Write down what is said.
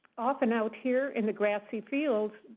often out here, in the grassy field,